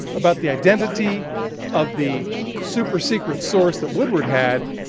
about the identity of the super secret source that woodward had